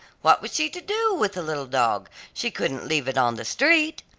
what was she to do with the little dog? she couldn't leave it on the street.